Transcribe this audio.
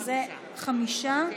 חמישה.